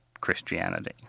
Christianity